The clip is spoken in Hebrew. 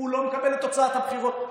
הוא לא מקבל את תוצאת הבחירות.